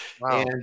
wow